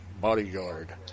bodyguard